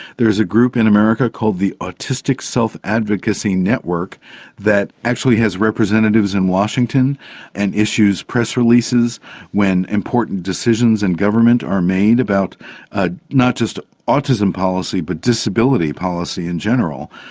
there is a group in america called the autistic self advocacy network that actually has representatives in washington and issues press releases when important decisions in government are made about ah not just autism policy but disability policy in general.